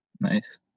Nice